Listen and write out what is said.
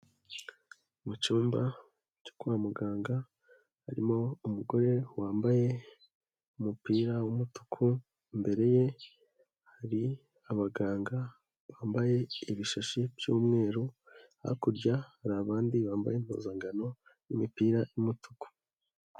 Mu cyumba cyo kwa muganga harimo umugore wambaye umupira w'umutuku, imbere ye hari abaganga bambaye ibishashi by'umweru, hakurya hari abandi bambaye impuzankano y'imipira y'umutuku.